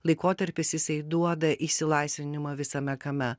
laikotarpis jisai duoda išsilaisvinimą visame kame